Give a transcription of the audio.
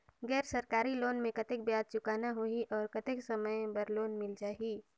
गैर सरकारी लोन मे कतेक ब्याज चुकाना होही और कतेक समय बर लोन मिल जाहि?